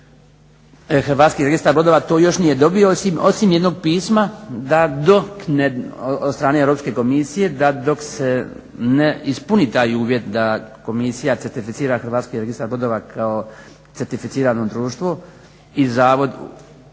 Hrvatski registar brodova to još nije dobio osim jednog pisma da dok ne, od strane Europske komisije da dok se ne ispuni taj uvjet da komisija certificira Hrvatski registar brodova kao certificirano društvo i zavod